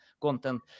content